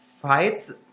fights